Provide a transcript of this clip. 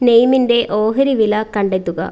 നെയ്മിൻ്റെ ഓഹരി വില കണ്ടെത്തുക